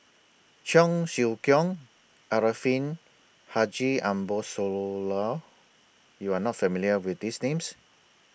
Cheong Siew Keong Arifin Haji Ambo Sooloh YOU Are not familiar with These Names